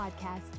podcast